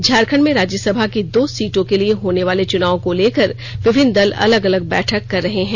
झारखंड में राज्यसभा की दो सीटों के लिए होने वाले चुनाव को लेकर विभिन्न दल अलग अलग बैठक कर रहे है